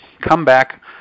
Comeback